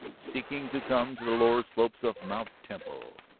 seeking to come to the lower slopes of mt. temple.